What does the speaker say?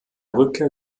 rückkehr